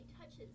touches